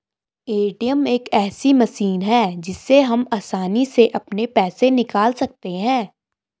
ATM एक ऐसी machine है जिससे हम आसानी से अपने पैसे निकाल सकते हैं